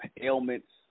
ailments